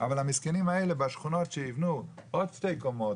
אבל המסכנים האלה בשכונות שיבנו עוד שתי קומות,